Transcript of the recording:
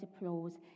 applause